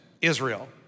Israel